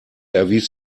erwies